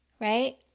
right